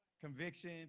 Conviction